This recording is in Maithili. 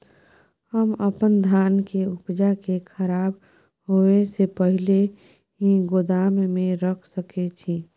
हम अपन धान के उपजा के खराब होय से पहिले ही गोदाम में रख सके छी?